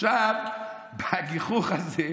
מהגיחוך הזה,